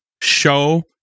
show